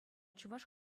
чӑваш